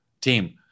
Team